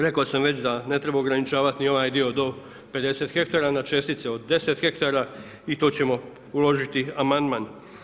Rekao sam već da ne treba ograničavati ni onaj dio do 50 hektara na čestice od 10 hektara i to ćemo uložiti amandman.